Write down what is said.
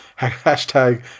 Hashtag